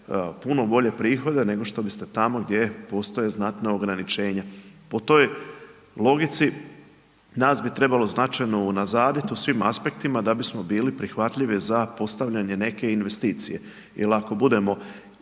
puno bolje prihode nego što biste tamo gdje postoje znatna ograničenja. Po toj logici, nas bi trebalo značajno unazadit u svim aspektima da bismo bili prihvatljivi za postavljanje neke investicije, jer ako budemo